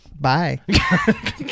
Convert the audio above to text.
Bye